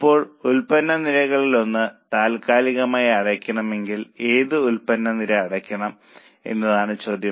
ഇപ്പോൾ ഉൽപ്പന്ന നിരകളിലൊന്ന് താൽക്കാലികമായി അടയ്ക്കണമെങ്കിൽ ഏത് ഉൽപ്പന്ന നിര അടയ്ക്കണം എന്നതാണ് ചോദ്യം